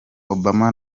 obama